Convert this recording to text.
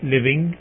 Living